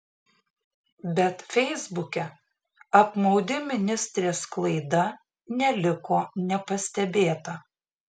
bet feisbuke apmaudi ministrės klaida neliko nepastebėta